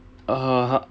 uh